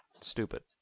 stupid